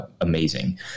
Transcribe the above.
amazing